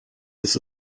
ist